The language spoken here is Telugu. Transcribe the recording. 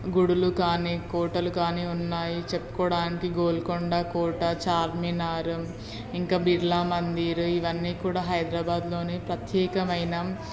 గుడులు కానీ కోటలు కానీ ఉన్నాయి చెప్పుకోవడానికి గోల్కొండ కోట చార్మినారు ఇంకా బిర్లా మందిర్ ఇవన్నీ కూడా హైద్రాబాద్లోనే ప్రత్యేకమైన